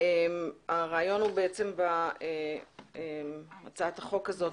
הרעיון בהצעת החוק הזאת,